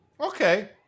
Okay